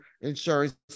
Insurance